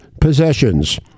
possessions